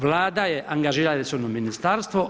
Vlada je angažirala resorno ministarstvo.